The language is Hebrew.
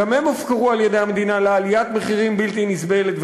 שגם הם הופקרו על-ידי המדינה לעליית מחירים בלתי-נסבלת,